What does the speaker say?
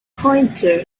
pointer